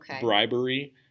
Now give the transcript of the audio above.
bribery